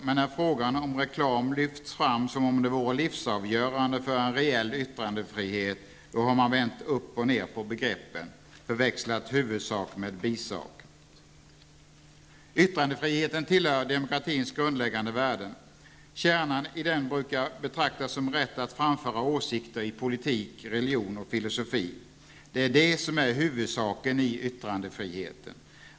Men när frågan om reklam lyfts fram som om den vore livsavgörande för en reell yttrandefrihet har man vänt upp och ner på begreppen, förväxlat huvudsak med bisak. Yttrandefriheten tillhör demokratins grundläggande värden. Kärnan i den brukar betraktas som rätt att framföra åsikter i politik, religion och filosofi. Det är det som är huvudsaken i yttrandefriheten.